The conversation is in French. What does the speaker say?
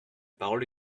parole